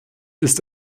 ist